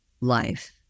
life